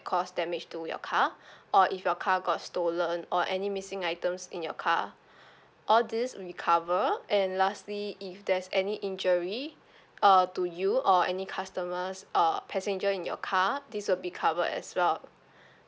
caused damage to your car or if your car got stolen or any missing items in your car all these we cover and lastly if there's any injury uh to you or any customers uh passenger in your car this will be covered as well uh